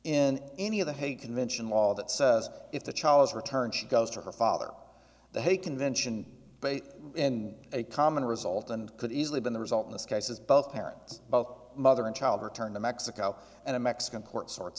in any of the hague convention law that says if the child is returned she goes to her father the hague convention and a common result and could easily been the result in this case as both parents both mother and child returned to mexico and a mexican court sorts